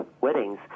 weddings